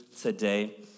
today